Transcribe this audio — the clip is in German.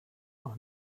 noch